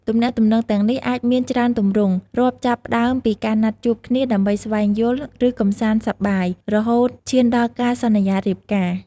ទំនាក់ទំនងទាំងនេះអាចមានច្រើនទម្រង់ រាប់ចាប់ផ្ដើមពីការណាត់ជួបគ្នាដើម្បីស្វែងយល់ ឬកម្សាន្តសប្បាយ រហូតឈានដល់ការសន្យារៀបការ ។